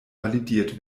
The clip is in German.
validiert